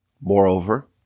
Moreover